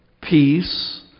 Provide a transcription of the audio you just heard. peace